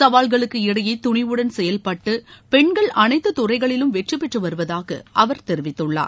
சவால்களுக்கு இடையே துணிவுடன் செயல்பட்டு பெண்கள் அளைத்து துறைகளிலும் வெற்றி பெற்று வருவதாக அவர் தெரிவித்துள்ளார்